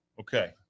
Okay